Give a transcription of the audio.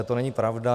To není pravda.